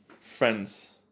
friends